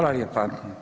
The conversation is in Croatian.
lijepa.